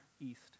East